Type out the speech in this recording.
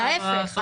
להיפך,